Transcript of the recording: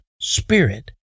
spirit